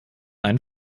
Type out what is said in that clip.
einen